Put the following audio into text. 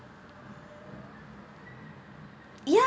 ya